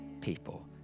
people